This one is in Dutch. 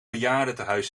bejaardentehuis